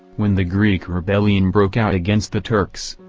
when the greek rebellion broke out against the turks,